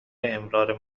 امرار